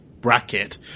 bracket